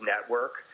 network